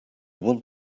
want